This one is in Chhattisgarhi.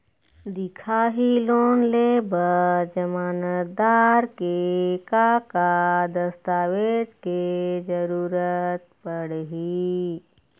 दिखाही लोन ले बर जमानतदार के का का दस्तावेज के जरूरत पड़ही?